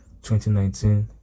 2019